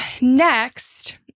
next